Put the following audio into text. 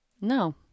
No